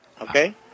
Okay